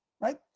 right